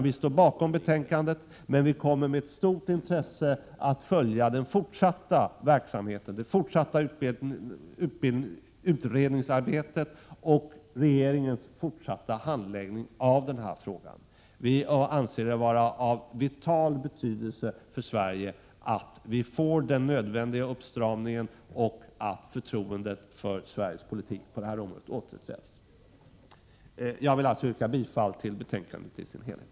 Vi står bakom betänkandet, men vi kommer med stort intresse att följa den fortsatta verksamheten, det fortsatta utredningsarbetet och regeringens fortsatta handläggning av den här frågan. Vi anser det vara av vital betydelse för Sverige att få den nödvändiga uppstramningen och att förtroendet för Sveriges politik på det här området återställs. Jag yrkar alltså bifall till utskottets hemställan i dess helhet.